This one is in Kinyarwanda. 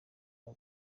kwa